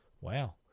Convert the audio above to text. Wow